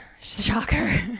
shocker